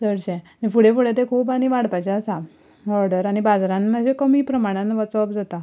चडशें आनी फुडें फुडें तें खूब आनी वाडपाचें आसा ऑर्डर आनी बाजारांत मातशे कमी प्रमाणान वचप जाता